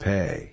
Pay